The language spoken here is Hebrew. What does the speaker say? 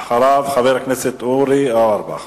ואחריו, חבר הכנסת אורי אורבך.